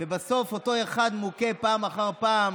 ובסוף אותו אחד מוכה פעם אחר פעם,